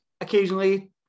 occasionally